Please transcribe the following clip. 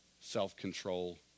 self-control